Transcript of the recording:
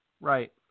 Right